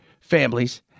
families